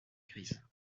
grise